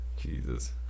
jesus